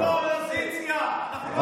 אנחנו אופוזיציה, אנחנו לא הממשלה.